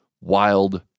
wild